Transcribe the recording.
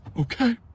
okay